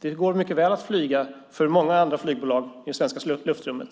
Det går mycket väl för många andra flygbolag att flyga i det svenska luftrummet.